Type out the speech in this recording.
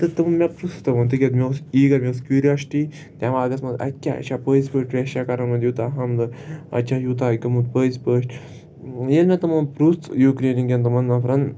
تہٕ تِم مےٚ پرٛژھ تُہۍ کتیِکۍ مےٚ اوس ایٖگر مےٚ اوس کیوٗریوسٹی دٮ۪ماغَس منٛز اَتہِ کیٛاہ یہِ چھے پٔزۍ پٲٹھۍ رشیا کَرنومُت یوٗتاہ حملہٕ اَتہِ چھا یوٗتاہ گوٚمُت پٔزۍ پٲٹھۍ ییٚلہِ مےٚ تِمَن پِرٛژھ یوٗکرینہِ کٮ۪ن تِمَن نفرَن